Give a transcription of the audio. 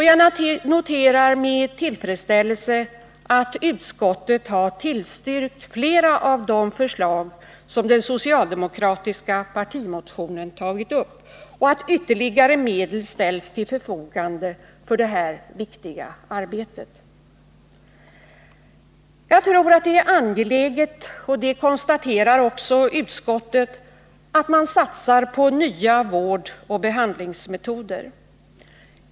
Jag noterar med tillfredsställelse att utskottet har tillstyrkt flera av de förslag som den socialdemokratiska partimotionen tagit upp och att ytterligare medel ställs till förfogande för det här viktiga arbetet. Jag tror det är angeläget, som också utskottet konstaterar, att man satsar på nya vårdoch behandlingsmetoder.